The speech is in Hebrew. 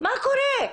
- מה קורה?